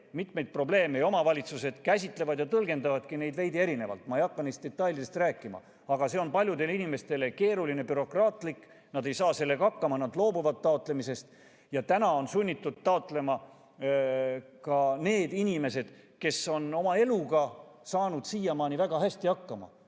mitmeid probleeme, nii et omavalitsused käsitlevad ja tõlgendavadki neid asju veidi erinevalt. Ma ei hakka neist detailidest rääkima, aga see on paljudele inimestele keeruline ja bürokraatlik, nad ei saa sellega hakkama ja loobuvad taotlemisest. Ja toetust on sunnitud taotlema ka need inimesed, kes on siiamaani saanud oma eluga väga hästi hakkama.